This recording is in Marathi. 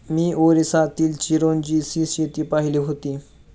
मी ओरिसातील चिरोंजीची शेती पाहिली होती